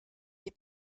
des